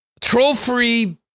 troll-free